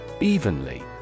Evenly